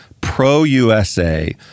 pro-USA